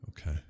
okay